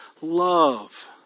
love